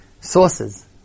sources